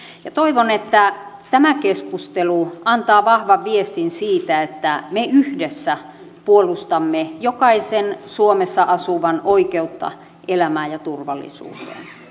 ja toivon että tämä keskustelu antaa vahvan viestin siitä että me yhdessä puolustamme jokaisen suomessa asuvan oikeutta elämään ja turvallisuuteen